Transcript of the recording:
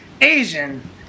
asian